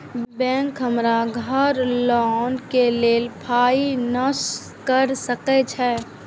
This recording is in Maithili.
बैंक हमरा घर लोन के लेल फाईनांस कर सके छे?